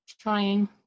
trying